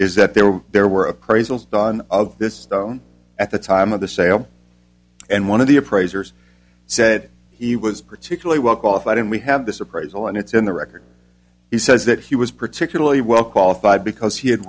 is that there were there were appraisals done of this stone at the time of the sale and one of the appraisers said he was particularly well qualified and we have this appraisal and it's in the record he says that he was particularly well qualified because he had